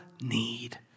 need